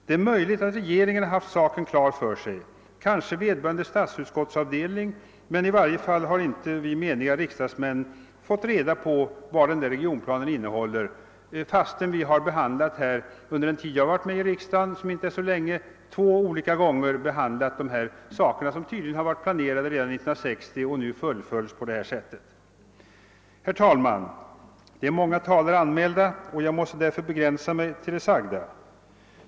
Det är möjligt att regeringen haft saken klar för sig och kanske även vederbörande statsutskottsavdelning, men i varje fall har inte vi meniga riksdagsmän fått reda på vad regionalplanen innehåller. Detta gäller trots att vi under min riksdagstid — som inte är så lång — vid två tillfällen behandlat dessa frågor, vilka tydligen varit planerade sedan 1960 och nu fullföljs på det sätt som föreslagits. Herr talman! Det är många talare anmälda, och jag måste därför begränsa mig till det anförda.